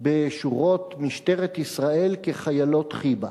בשורות משטרת ישראל, כחיילות חיב"ה.